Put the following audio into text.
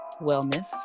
wellness